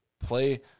play